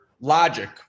logic